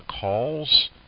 calls